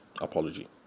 apology